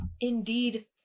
indeed